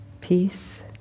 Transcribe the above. peace